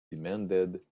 demanded